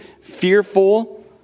fearful